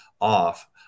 off